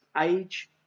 age